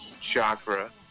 chakra